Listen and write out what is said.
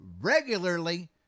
regularly